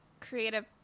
creative